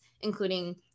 including